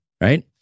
right